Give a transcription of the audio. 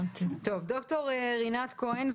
ד"ר רינת כהן,